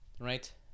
right